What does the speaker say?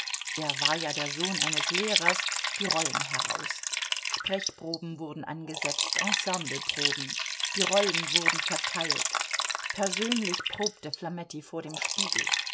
er war ja der sohn eines lehrers die rollen heraus sprechproben wurden angesetzt ensembleproben die rollen wurden verteilt persönlich probte flametti vor dem spiegel